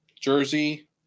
jersey